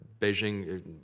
Beijing